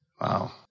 Wow